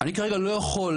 אני כרגע לא יכול